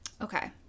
Okay